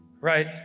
right